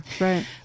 right